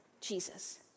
Jesus